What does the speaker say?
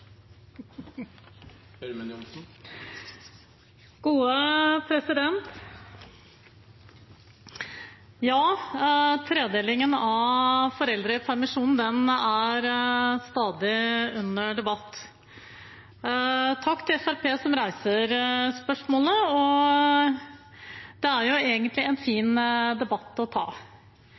stadig under debatt. Takk til Fremskrittspartiet som reiser spørsmålet. Det er egentlig en fin debatt å ta.